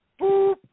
Boop